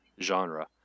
genre